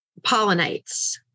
pollinates